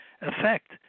effect